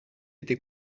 été